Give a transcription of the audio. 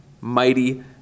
Mighty